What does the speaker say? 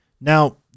Now